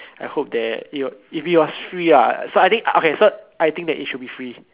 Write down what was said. I hope that it'll if it was free ah so I think okay so I think that it should be free